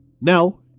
Now